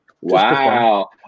wow